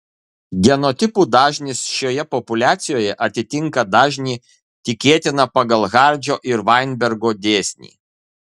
genotipų dažnis šioje populiacijoje atitinka dažnį tikėtiną pagal hardžio ir vainbergo dėsnį